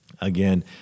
again